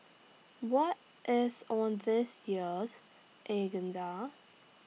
what is on this year's agenda